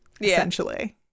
essentially